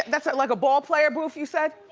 that's like a ball player, boof, you said?